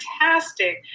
fantastic